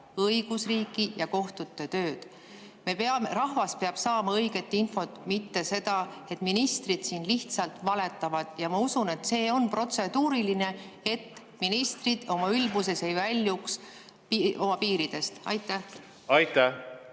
õigusriiki ja kohtute tööd. Rahvas peab saama õiget infot, mitte seda, et ministrid siin lihtsalt valetavad. Ja ma usun, et see on protseduuriline, et ministrid oma ülbuses ei väljuks oma piiridest. Ma